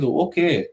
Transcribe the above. okay